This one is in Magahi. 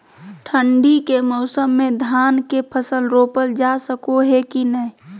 ठंडी के मौसम में धान के फसल रोपल जा सको है कि नय?